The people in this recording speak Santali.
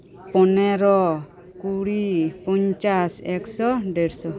ᱯᱚᱱᱮᱨᱚ ᱠᱩᱲᱤ ᱯᱚᱧᱪᱟᱥ ᱮᱠᱥᱚ ᱰᱮᱲᱥᱚ